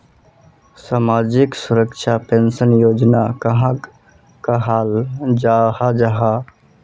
सामाजिक सुरक्षा पेंशन योजना कहाक कहाल जाहा जाहा?